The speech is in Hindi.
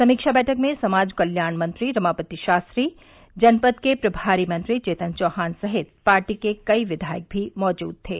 समीक्षा बैठक में समाज कल्याण मंत्री रमापति शास्त्री जनपद के प्रभारी मंत्री चेतन चौहान सहित पार्टी के कई विधायक भी मौजूद थे